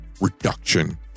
reduction